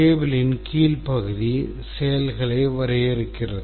tableயின் கீழ் பகுதி செயல்களை வரையறுக்கிறது